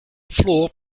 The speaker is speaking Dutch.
floor